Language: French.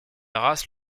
race